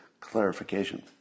clarification